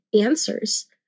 answers